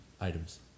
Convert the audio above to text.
items